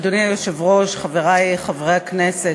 אדוני היושב-ראש, חברי חברי הכנסת,